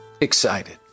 excited